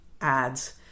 ads